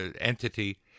entity